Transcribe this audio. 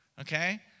Okay